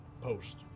post